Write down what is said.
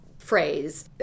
Phrase